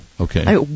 Okay